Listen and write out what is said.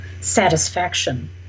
satisfaction